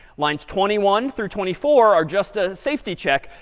lines twenty one through twenty four are just a safety check.